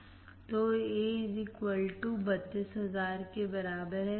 AV Av1 x Av2 x Av3 तो Av 10 32 100 32000 के बराबर है